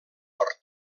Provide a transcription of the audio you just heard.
hort